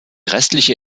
restliche